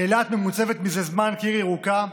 אילת ממוצבת מזה זמן כעיר ירוקה,